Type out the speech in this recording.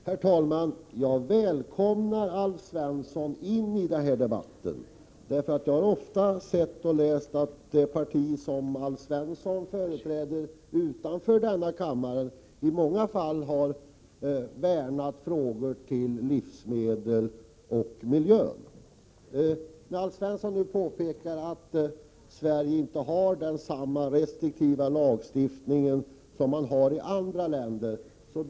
Herr talman! Jag välkomnar Alf Svensson in i den här debatten. Jag har ofta sett och läst att det parti som Alf Svensson företräder har utanför denna kammare i många fall värnat frågor om livsmedel och miljö. Alf Svensson påpekar nu att Sverige inte har samma restriktiva lagstiftning som man har i andra länder.